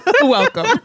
Welcome